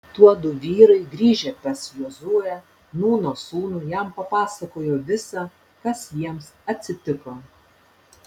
tuodu vyrai grįžę pas jozuę nūno sūnų jam papasakojo visa kas jiems atsitiko